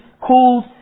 called